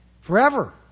forever